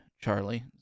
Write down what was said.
Charlie